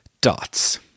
dots